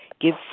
Give